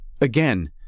again